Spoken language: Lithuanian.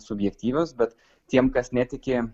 subjektyvios bet tiem kas netiki